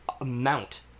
amount